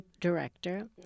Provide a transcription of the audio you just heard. director